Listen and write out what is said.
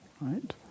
right